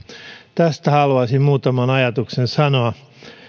tästä haluaisin muutaman ajatuksen sanoa